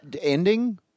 ending